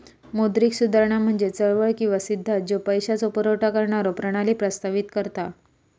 मौद्रिक सुधारणा म्हणजे चळवळ किंवा सिद्धांत ज्यो पैशाचो पुरवठा करणारो प्रणाली प्रस्तावित करता